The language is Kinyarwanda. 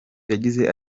yagize